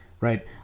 Right